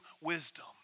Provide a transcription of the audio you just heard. wisdom